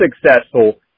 successful